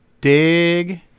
dig